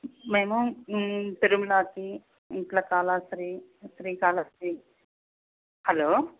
మేము తిరుమలకి ఇంకా కాళహస్తి శ్రీ కాళహస్తి హలో